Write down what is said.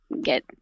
get